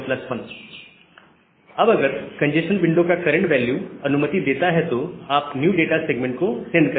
CwndCwnd1 अब अगर congestion window का करंट वैल्यू अनुमति देता है तो आप न्यू डाटा सेगमेंट को सेंड करते हैं